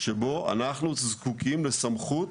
שבו אנחנו זקוקים לסמכות,